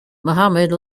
mohammad